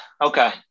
Okay